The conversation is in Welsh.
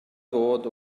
fod